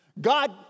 God